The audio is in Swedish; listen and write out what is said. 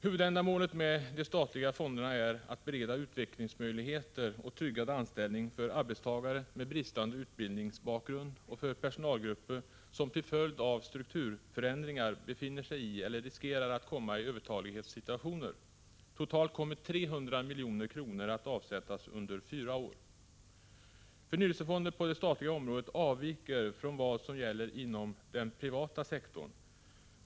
Huvudändamålet med de statliga fonderna är att bereda utvecklingsmöjligheter och tryggad anställning för arbetstagare med bristande utbildningsbakgrund och för personalgrupper som till följd av strukturförändringar befinner sig i eller riskerar att komma i övertalighetssituationer. Totalt kommer 300 milj.kr. att avsättas under fyra år. Förnyelsefonder på det statliga området avviker från vad som gäller inom den privata sektorn.